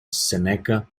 seneca